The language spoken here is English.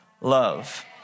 love